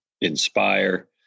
inspire